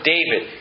David